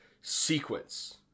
sequence